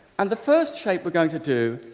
and the first shape we're going to do